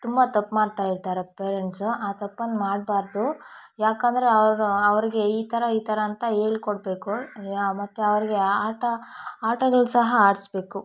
ತುಂಬ ತಪ್ಪು ಮಾಡ್ತಾಯಿರ್ತಾರೆ ಪೇರೆಂಟ್ಸು ಆ ತಪ್ಪನ್ನ ಮಾಡಬಾರ್ದು ಯಾಕಂದರೆ ಅವರು ಅವರಿಗೆ ಈ ಥರ ಈ ಥರ ಅಂತ ಹೇಳ್ಕೊಡ್ಬೇಕು ಮತ್ತು ಅವರಿಗೆ ಆಟ ಆಟಗಳು ಸಹ ಆಡಿಸ್ಬೇಕು